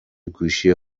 گوشی